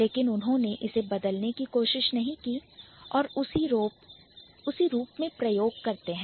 लेकिन उन्होंने इसे बदलने की कोशिश नहीं की और उसी रूप में प्रयोग करते हैं